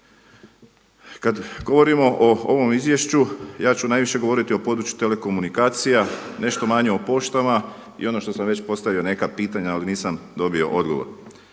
Kad govorimo o ovom izvješću ja ću najviše govoriti o području telekomunikacija, nešto manje o poštama. I ono što sam već postavio neka pitanja ali nisam dobio odgovor.